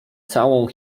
całą